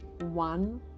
one